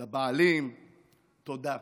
לבעלים, תודה.